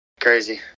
Crazy